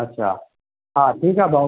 अच्छा हा ठीकु आहे भाऊ